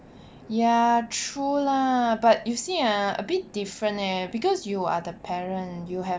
ya true lah but you see ah a bit different leh because you are the parent you have